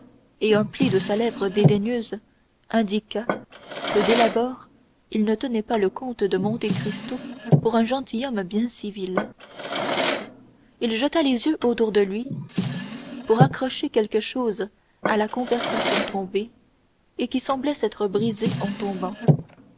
et un pli de sa lèvre dédaigneuse indiqua que dès l'abord il ne tenait pas le comte de monte cristo pour un gentilhomme bien civil il jeta les yeux autour de lui pour raccrocher à quelque chose la conversation tombée et qui semblait s'être brisée en tombant